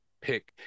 pick